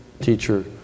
teacher